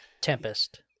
Tempest